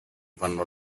vanno